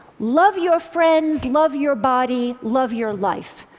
love your friends love your body, love your life,